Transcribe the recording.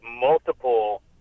multiple